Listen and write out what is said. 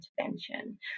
intervention